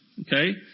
okay